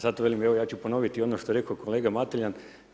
Zato velim, ja ću ponoviti ono što je rekao kolega Mateljan.